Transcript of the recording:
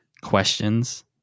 questions